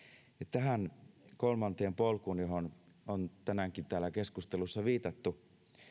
tähän kolmanteen polkuun johon on tänäänkin täällä keskusteluissa viitattu